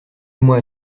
moi